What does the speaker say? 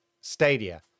Stadia